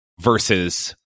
versus